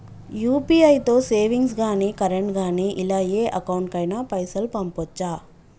UPI తో savings గాని current గాని ఇలా ఏ అకౌంట్ కైనా పైసల్ పంపొచ్చా?